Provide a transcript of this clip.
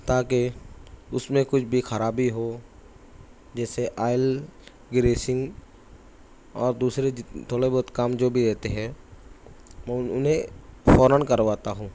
تاکہ اس میں کچھ بھی خرابی ہو جیسے آئل گریسنگ اور دوسرے جت تھوڑے بہت کام جو بھی رہتے ہیں میں انہیں فوراً کرواتا ہوں